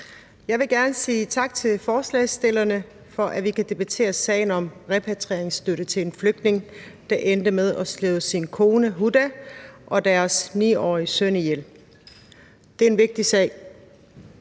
Jeg vil gerne sige tak til forslagsstillerne for, at vi kan debattere sagen om repatrieringsstøtte til en flygtning, der endte med at slå sin kone, Huda, og deres 9-årige søn ihjel. Det er en vigtig sag,